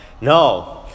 no